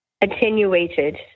attenuated